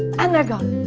and they're gone!